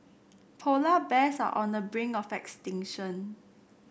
polar bears are on the brink of extinction